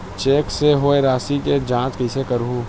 Cheque से होए राशि के जांच कइसे करहु?